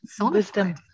wisdom